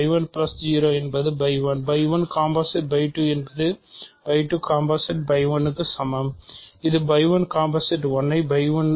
0 என்பது ° என்பது ° க்கு சமம் இது ° 1 ஐ சரிபார்க்க வேண்டும் என்று நான் சொல்கிறேன்